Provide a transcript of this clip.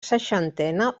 seixantena